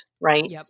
right